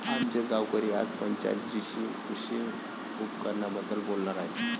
आमचे गावकरी आज पंचायत जीशी कृषी उपकरणांबद्दल बोलणार आहेत